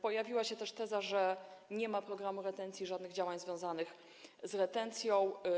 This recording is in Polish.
Pojawiła się też teza, że nie ma programu dotyczącego retencji, żadnych działań związanych z retencją.